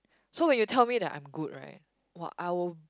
so when you tell me that I'm good right !wah! I will